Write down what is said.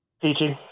Teaching